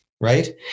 Right